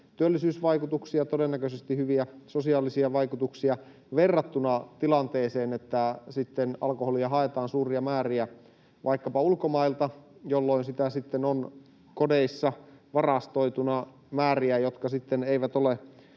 työllisyysvaikutuksia, todennäköisesti hyviä sosiaalisia vaikutuksia verrattuna tilanteeseen, että alkoholia haetaan suuria määriä vaikkapa ulkomailta, jolloin sitä sitten on kodeissa varastoituna määriä, jotka eivät ole